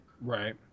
Right